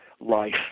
life